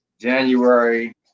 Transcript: January